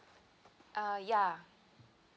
uh ya